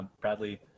Bradley